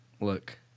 look